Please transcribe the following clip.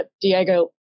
Diego